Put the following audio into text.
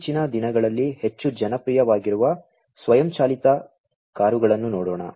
ಇತ್ತೀಚಿನ ದಿನಗಳಲ್ಲಿ ಹೆಚ್ಚು ಜನಪ್ರಿಯವಾಗಿರುವ ಸ್ವಯಂ ಚಾಲಿತ ಕಾರುಗಳನ್ನು ನೋಡೋಣ